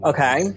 Okay